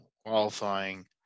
Qualifying